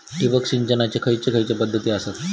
ठिबक सिंचनाचे खैयचे खैयचे पध्दती आसत?